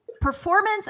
performance